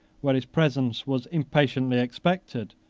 where his presence was impatiently expected,